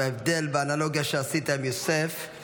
ההבדל באנלוגיה שעשית עם יוסף הוא